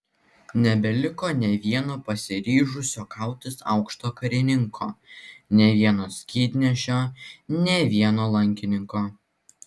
nebeliko nė vieno pasiryžusio kautis aukšto karininko nė vieno skydnešio nė vieno lankininko